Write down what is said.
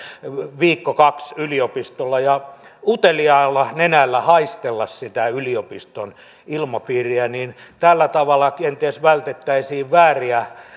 viikko kaksi yliopistolla ja uteliaalla nenällä haistella sitä yliopiston ilmapiiriä tällä tavalla kenties vältettäisiin vääriä